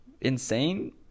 insane